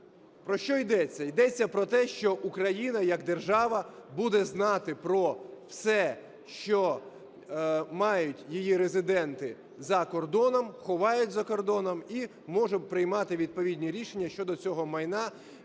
Про що йдеться? Йдеться про те, що Україна як держава буде знати про все, що мають її резиденти за кордоном, ховають за кордоном. І можемо приймати відповідні рішення щодо цього майна